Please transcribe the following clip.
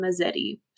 Mazzetti